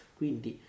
quindi